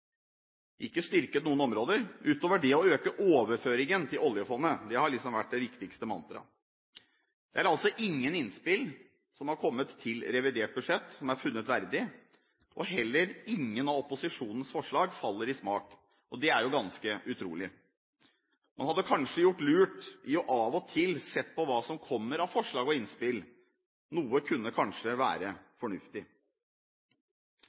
ikke styrket noen områder utover det å øke overføringen til oljefondet – det har liksom vært det viktigste mantraet. Det er altså ingen innspill som har kommet til revidert budsjett, som er funnet verdig, og heller ingen av opposisjonens forslag faller i smak. Det er jo ganske utrolig. Man hadde kanskje gjort lurt i av og til å se på hva som kommer av forslag og innspill – noe kunne kanskje